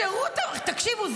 תקשיבו,